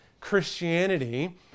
Christianity